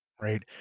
Right